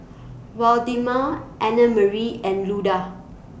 Waldemar Annamarie and Luda